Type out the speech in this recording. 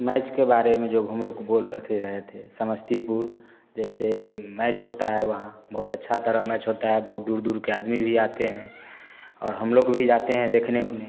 match के बारे में हम लोग बोल अथी रहे थे समस्तीपुर जैसे मैच होता है वहाँ बहुत अच्छा तरह मैच होता है बहुत दूर दूर के आदमी भी आते हैं और हम लोग भी जाते हैं देखने ओखने